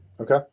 Okay